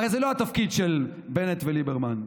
הרי זה לא התפקיד של בנט וליברמן.